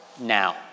now